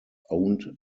owned